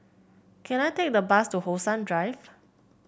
can I take the bus to How Sun Drive